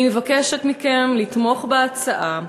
אני מבקשת מכם לתמוך בהצעה,